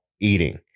eating